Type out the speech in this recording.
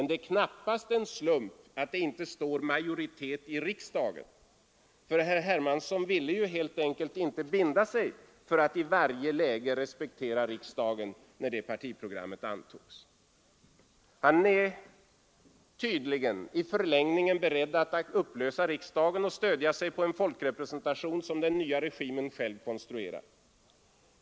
Det är knappast av en slump som det inte står ”majoritet i riksdagen”, för herr Hermansson ville ju helt enkelt inte binda sig för att i varje läge respektera riksdagen, när partiprogrammet antogs. Han är tydligen i förlängningen beredd att upplösa riksdagen och stödja sig på en folkrepresentation som den nya regimen själv konstruerar.